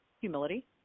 humility